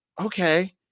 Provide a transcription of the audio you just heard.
okay